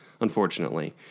unfortunately